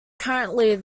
currently